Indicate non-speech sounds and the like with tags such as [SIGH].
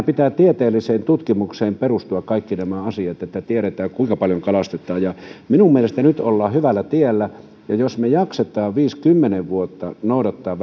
[UNINTELLIGIBLE] pitää tieteelliseen tutkimukseen perustua kaikkien näiden asioiden että tiedetään kuinka paljon kalastetaan minun mielestäni nyt ollaan hyvällä tiellä ja jos me jaksamme viisi kymmenen vuotta noudattaa [UNINTELLIGIBLE]